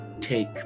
take